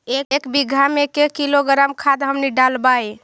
एक बीघा मे के किलोग्राम खाद हमनि डालबाय?